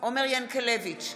עומר ינקלביץ'